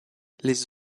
les